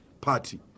party